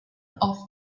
off